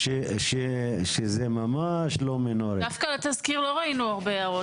אנחנו לא ראשונים.